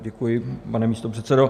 Děkuji, pane místopředsedo.